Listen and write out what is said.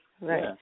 Right